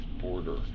border